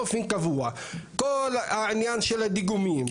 כל העניין של הדיגומים,